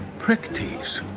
prick tease.